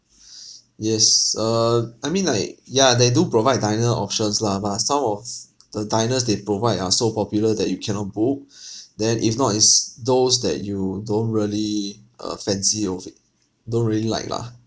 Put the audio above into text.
yes err I mean like ya they do provide diner options lah but uh some of the diners they provide are so popular that you cannot book then if not it's those that you don't really uh fancy of it don't really like lah